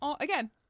again